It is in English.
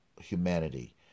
humanity